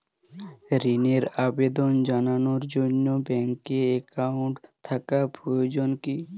ঋণের আবেদন জানানোর জন্য ব্যাঙ্কে অ্যাকাউন্ট থাকা প্রয়োজন কী?